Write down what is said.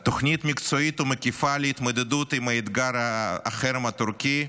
תוכנית מקצועית ומקיפה להתמודדות עם החרם הטורקי,